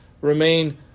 remain